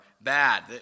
bad